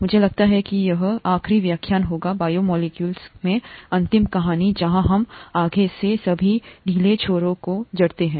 मुझे लगता है कि यह आखिरी व्याख्यान होगा बायोमोलेक्यूलस में अंतिम कहानी जहां हम आगे के सभी ढीले छोरों को जोड़ते हैं